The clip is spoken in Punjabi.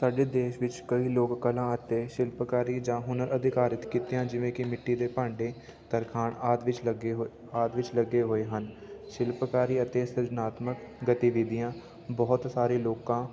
ਸਾਡੇ ਦੇਸ਼ ਵਿੱਚ ਕਈ ਲੋਕ ਕਲਾ ਅਤੇ ਸ਼ਿਲਪਕਾਰੀ ਜਾਂ ਹੁਨਰ ਅਧਿਕਾਰਿਤ ਕਿੱਤਿਆਂ ਜਿਵੇਂ ਕਿ ਮਿੱਟੀ ਦੇ ਭਾਂਡੇ ਤਰਖਾਣ ਆਦਿ ਵਿੱਚ ਲੱਗੇ ਹੋਏ ਆਦਿ ਵਿੱਚ ਲੱਗੇ ਹੋਏ ਹਨ ਸ਼ਿਲਪਕਾਰੀ ਅਤੇ ਸਿਰਜਨਾਤਮਕ ਗਤੀਵਿਧੀਆਂ ਬਹੁਤ ਸਾਰੇ ਲੋਕਾਂ